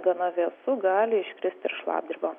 gana vėsu gali iškrist ir šlapdriba